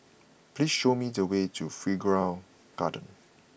please show me the way to Figaro Garden